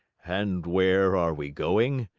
and where are we going?